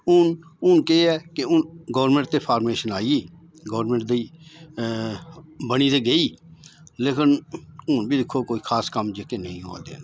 हून हून केह् ऐ हून गौरमेंट दे फारमेशन आई गेई गौरमेंट दी बनी ते गेई लेकिन हून बी दिक्खो कोई खास कम्म जेहके नेईं होआ दे ना